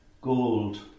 gold